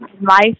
life